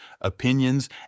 opinions